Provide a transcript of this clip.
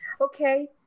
Okay